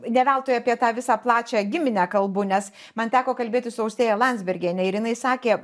ne veltui apie tą visą plačią giminę kalbu nes man teko kalbėti su austėja landsbergiene ir jinai sakė